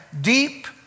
deep